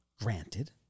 Granted